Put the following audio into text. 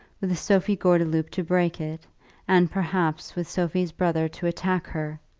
with sophie gordeloup to break it and perhaps with sophie's brother to attack her,